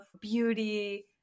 beauty